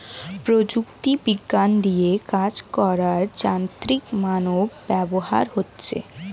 প্রযুক্তি বিজ্ঞান দিয়ে কাজ করার যান্ত্রিক মানব ব্যবহার হচ্ছে